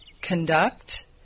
conduct